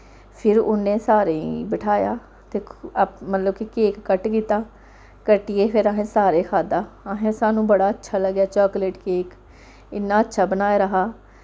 फिर उ'नें सारें गी बठ्हाया ते मतलब अप कि केक कट कीता परतियै फिर असें सारें खाद्धा अहें सानू बड़ा अच्छा लग्गेआ चाकलेट केक इ'न्ना अच्छा बनाए दा हा